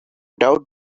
doubt